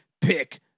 Pick